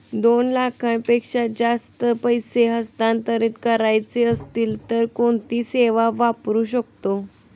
दोन लाखांपेक्षा जास्त पैसे हस्तांतरित करायचे असतील तर कोणती सेवा वापरू शकतो?